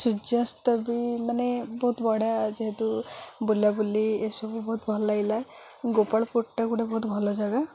ସୂର୍ଯ୍ୟସ୍ତ ବି ମାନେ ବହୁତ ବଢ଼ିଆ ଯେହେତୁ ବୁଲାବୁଲି ଏସବୁ ବହୁତ ଭଲ ଲାଗିଲା ଗୋପାଳପୁରଟା ଗୋଟେ ବହୁତ ଭଲ ଜାଗା